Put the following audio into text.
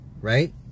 Right